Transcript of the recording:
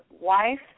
wife